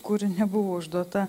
kuri nebuvo užduota